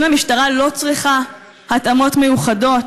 אם המשטרה לא צריכה התאמות מיוחדות,